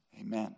Amen